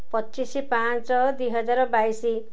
ପଚିଶ ପାଞ୍ଚ ଦୁଇ ହଜାର ବାଇଶ